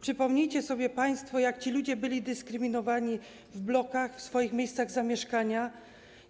Przypomnijcie sobie państwo, jak ci ludzie byli dyskryminowani w blokach, w swoich miejscach zamieszkania,